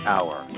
Hour